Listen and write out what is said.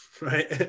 right